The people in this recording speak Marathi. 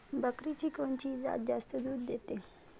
बकरीची कोनची जात जास्त दूध देते?